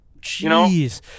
Jeez